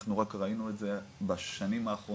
אנחנו רק ראינו את זה בשנים האחרונות